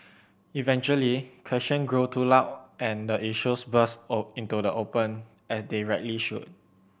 eventually question grow too loud and the issues burst into the open as they rightly should